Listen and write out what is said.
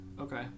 okay